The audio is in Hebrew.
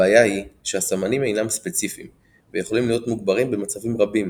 הבעיה היא שהסמנים אינם ספציפיים ויכולים להיות מוגברים במצבים רבים